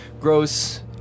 gross